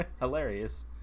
Hilarious